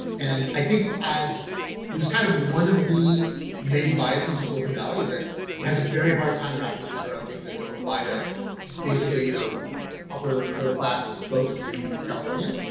and i think as this is kind of one of the many biases of silicon valley is that it has a very hard time wrapping its head around things that don't apply to basically you know upper middle class folks in california,